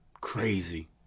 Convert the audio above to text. crazy